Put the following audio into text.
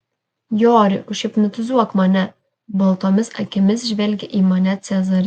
jori užhipnotizuok mane baltomis akimis žvelgė į mane cezaris